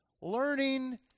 learning